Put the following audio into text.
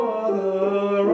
Father